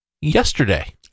yesterday